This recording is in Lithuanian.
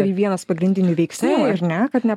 vienas pagrindinių veiksnių ar ne kad ne